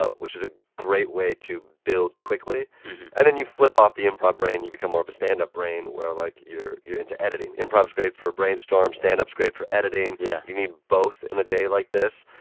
ah which is a great way to build quickly and then you flip off the improv brain. you become more of a stand-up brain, where, like, you're you're into editing. improv's great for brainstorms. stand-up's great for editing. yeah you need both in a day like this.